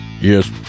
Yes